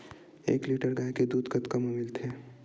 एक लीटर गाय के दुध कतका म मिलथे?